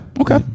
Okay